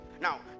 now